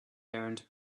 earned